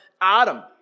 Adam